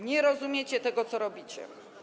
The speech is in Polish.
Nie rozumiecie tego, co robicie.